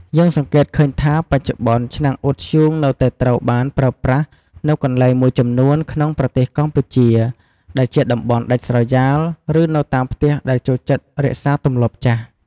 យើងសង្កេតឃើញថា បច្ចុប្បន្ន ឆ្នាំងអ៊ុតធ្យូងនៅតែត្រូវបានប្រើប្រាស់នៅកន្លែងមួយចំនួនក្នុងប្រទេសកម្ពុជា ដែលជាតំបន់ដាច់ស្រយាល ឬនៅតាមផ្ទះដែលចូលចិត្តរក្សាទម្លាប់ចាស់។